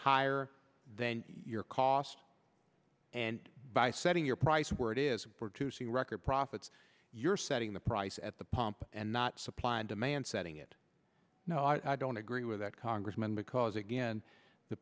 higher than your cost and by setting your price where it is to see record profits you're setting the price at the pump and not supply and demand setting it no i don't agree with that congressman because again the